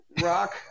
rock